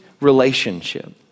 relationship